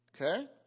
Okay